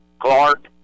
Clark